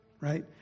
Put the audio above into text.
right